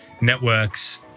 networks